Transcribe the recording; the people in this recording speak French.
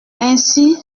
ainsi